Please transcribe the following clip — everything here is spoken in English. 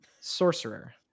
Sorcerer